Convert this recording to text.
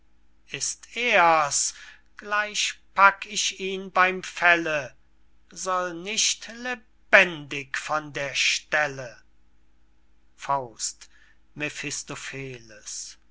ist er's gleich pack ich ihn beym felle soll nicht lebendig von der stelle faust